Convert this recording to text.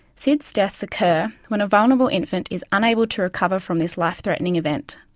sids deaths occur when a vulnerable infant is unable to recover from this life-threatening event.